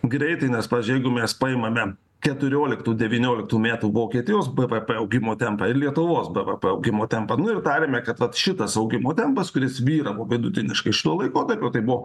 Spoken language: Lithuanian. greitai nes pavyzdžiui jeigu mes paimame keturioliktų devynioliktų metų vokietijos bvp augimo tempą ir lietuvos bvp augimo tempą ir tariame kad šitas augimo tempas kuris vyravo vidutiniškai šiuo laikotarpiu tai buvo